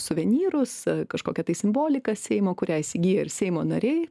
suvenyrus kažkokią tai simboliką seimo kurią įsigijo ir seimo nariai